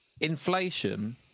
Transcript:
inflation